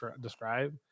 describe